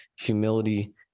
humility